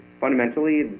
fundamentally